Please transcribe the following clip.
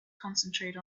concentrate